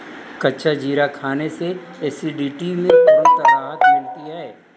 कच्चा जीरा खाने से एसिडिटी में तुरंत राहत मिलती है